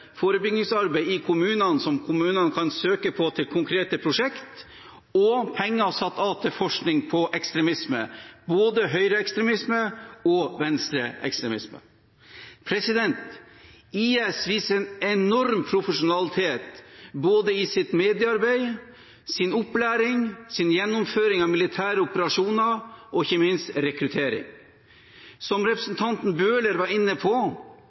forebyggingsarbeid i kommunene, som de kan søke på til konkrete prosjekt, og penger satt av til forskning på ekstremisme, både høyreekstremisme og venstreekstremisme. IS viser en enorm profesjonalitet i både sitt mediearbeid, sin opplæring, sin gjennomføring av militære operasjoner og ikke minst sin rekruttering. Som representanten Bøhler var inne på,